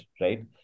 right